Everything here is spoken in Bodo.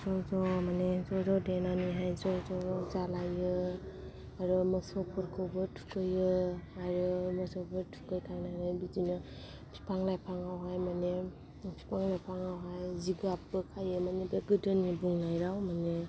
ज' ज' माने ज' ज' देनानैहाय ज' ज' जालायो आरो मोसौ फोरखौबो थुखैयो आरो मोसौखौ थुखैखांनानै बिदिनो बिफां लाइफां आव हाय माने बिफां लाइफां जिगाबबो खायो माने बे गोदोनि बुंनायाव